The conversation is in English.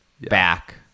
back